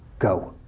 go.